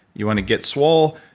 you want to get swole,